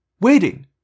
waiting